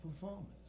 performance